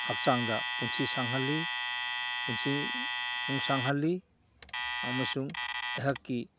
ꯍꯛꯆꯥꯡꯗ ꯄꯨꯟꯁꯤ ꯁꯥꯡꯍꯜꯂꯤ ꯄꯨꯟꯁꯤ ꯅꯨꯡꯁꯥꯡꯍꯜꯂꯤ ꯑꯃꯁꯨꯡ ꯑꯩꯍꯥꯛꯀꯤ